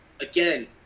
again